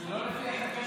זה לא לפי התקנון.